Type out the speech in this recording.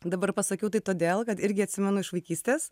dabar pasakiau tai todėl kad irgi atsimenu iš vaikystės